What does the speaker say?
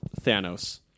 Thanos